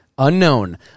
Unknown